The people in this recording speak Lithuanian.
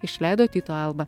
išleido tyto alba